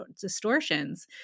distortions